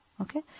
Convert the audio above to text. Okay